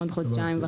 בעוד חודשיים וחצי.